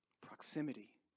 Proximity